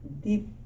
deep